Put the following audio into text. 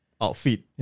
outfit